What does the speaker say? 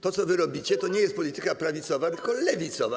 To, co wy robicie, to nie jest polityka prawicowa, tylko lewicowa.